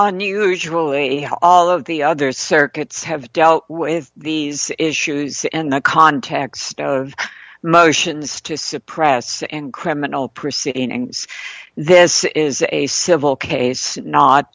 unusually how all of the other circuits have dealt with these issues in the context of motions to suppress and criminal proceeding and this is a civil case not